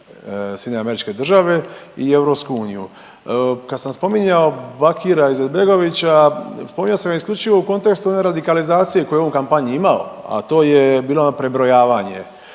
treba uključiti SAD i EU. Kad sam spominjao Bakira Izetbegovića spominjao sam ga isključivo u kontekstu one radikalizacije koju je on u kampanji imao, a to je bilo prebrojavanje,